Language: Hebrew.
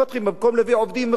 במקום להביא עובדים מחו"ל,